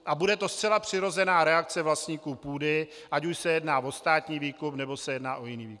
A bude to zcela přirozená reakce vlastníků půdy, ať už se jedná o státní výkup, nebo se jedná o jiný výkup.